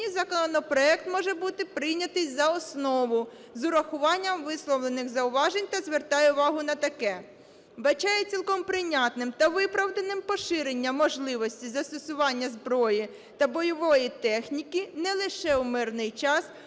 законопроект може бути прийнятий за основу з урахуванням висловлених зауважень та звертає увагу на таке. Вбачає цілком прийнятним та виправданим поширення можливості застосування зброї та бойової техніки не лише в мирний час,